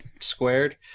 squared